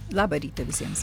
labą rytą visiems